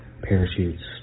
parachutes